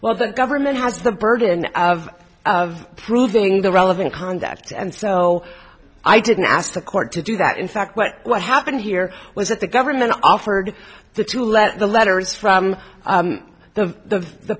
well the government has the burden of proving the relevant conduct and so i didn't ask the court to do that in fact what what happened here was that the government offered the two let the letters from the the